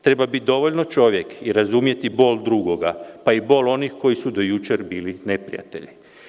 Treba biti dovoljno čovjek i razumjeti i bol drugoga, pa i bol onih koji su do jučer bili neprijatelji.